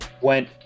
went